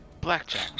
Blackjack